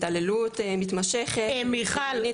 התעללות מתמשכת --- מיכל,